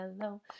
hello